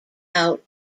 out